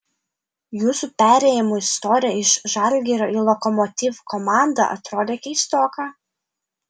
jūsų perėjimo istorija iš žalgirio į lokomotiv komandą atrodė keistoka